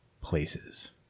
places